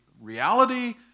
reality